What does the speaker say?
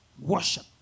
worship